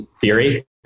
theory